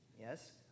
Yes